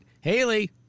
Haley